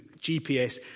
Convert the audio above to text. GPS